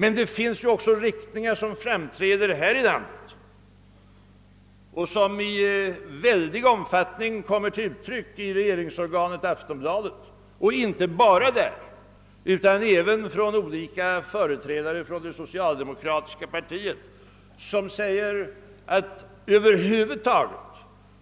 Men det framträder också olika riktningar i vårt land som inte bara i väldig omfattning kommer till uttryck i regeringsorganet Af tonbladet utan även från olika företrädare för det socialdemokratiska partiet. Dessa riktningar menar att vi